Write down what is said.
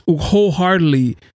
wholeheartedly